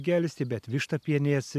gelsti bet vištapienės